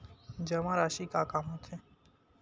जमा राशि का काम आथे?